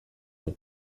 nom